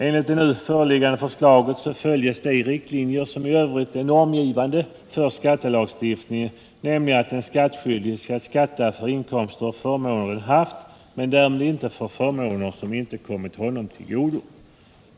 Enligt det nu föreliggande förslaget följs de riktlinjer som i övrigt är normgivande för skattelagstiftningen, nämligen att den skattskyldige skall skatta för inkomster och förmåner han haft, men däremot inte för förmåner som inte kommit honom till godo.